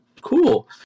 cool